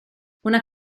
una